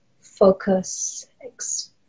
Focus